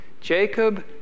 Jacob